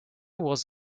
was